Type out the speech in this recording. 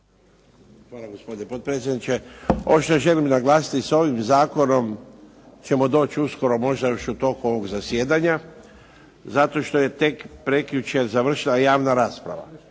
Hvala gospodine potpredsjedniče. Želim naglasiti i sa ovim zakonom ćemo doći uskoro možda još u toku ovog zasjedanja zato što je tek prekjučer završila javna rasprava